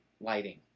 lighting